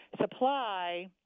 Supply